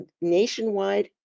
nationwide